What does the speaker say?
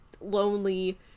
lonely